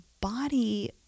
body